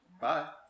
Bye